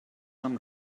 amb